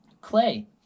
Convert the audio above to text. clay